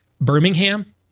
Birmingham